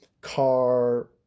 car